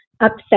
upset